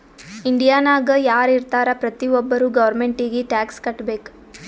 ಇಂಡಿಯಾನಾಗ್ ಯಾರ್ ಇರ್ತಾರ ಪ್ರತಿ ಒಬ್ಬರು ಗೌರ್ಮೆಂಟಿಗಿ ಟ್ಯಾಕ್ಸ್ ಕಟ್ಬೇಕ್